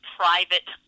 private